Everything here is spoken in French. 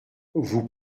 vous